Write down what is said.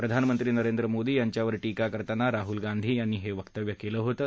प्रधानमंत्री नरेंद्र मोदी यांच्यावर टीका करताना राहुल गांधी यांनी हे वक्तव्य केलं होतं